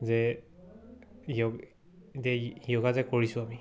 যে য়োগা য়োগা যে কৰিছোঁ আমি